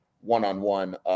one-on-one